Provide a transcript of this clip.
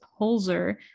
Holzer